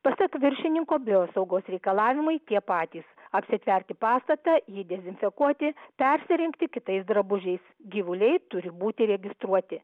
pasak viršininko biosaugos reikalavimai tie patys apsitverti pastatą jį dezinfekuoti persirengti kitais drabužiais gyvuliai turi būti registruoti